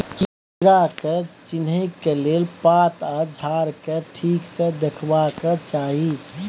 कीड़ा के चिन्हे लेल पात आ झाड़ केँ ठीक सँ देखबाक चाहीं